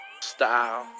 Style